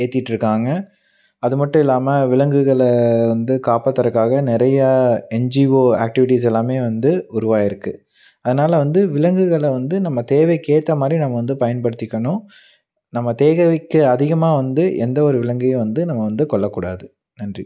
ஏற்றிட்ருக்காங்க அது மட்டும் இல்லாமல் விலங்குகளை வந்து காப்பாற்றுறக்காக நிறையா என்ஜிஓ ஆக்டிவிட்டீஸ் எல்லாம் வந்து உருவாகியிருக்கு அதனால வந்து விலங்குகளை வந்து நம்ம தேவைக்கேற்ற மாதிரி நம்ம வந்து பயன்படுத்திக்கணும் நம்ம தேவைக்கு அதிகமாக வந்து எந்த ஒரு விலங்கையும் வந்து நம்ம வந்து கொல்லக்கூடாது நன்றி